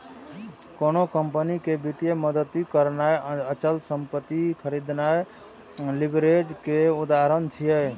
कोनो कंपनी कें वित्तीय मदति करनाय, अचल संपत्ति खरीदनाय लीवरेज के उदाहरण छियै